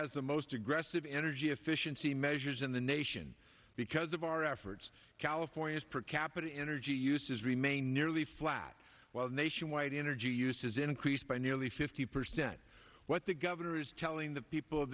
has the most aggressive energy efficiency measures in the nation because of our efforts california's per capita energy use does remain nearly flat while nationwide energy use has increased by nearly fifty percent what the governor is telling the people of